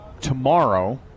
tomorrow